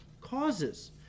causes